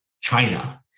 China